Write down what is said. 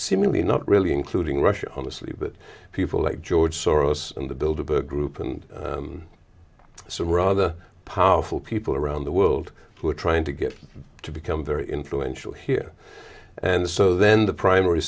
seemingly not really including russia honestly but people like george soros and the builder book group and some rather powerful people around the world who are trying to get to become very influential here and so then the primar